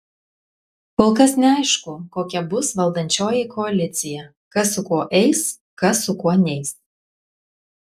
kol kas neaišku kokia bus valdančioji koalicija kas su kuo eis kas su kuo neis